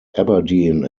aberdeen